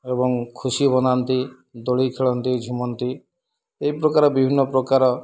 ଏବଂ ଖୁସି ମନାନ୍ତି ଦୋଳି ଖେଳନ୍ତି ଝୁମନ୍ତି ଏହି ପ୍ରକାର ବିଭିନ୍ନ ପ୍ରକାର